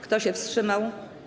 Kto się wstrzymał?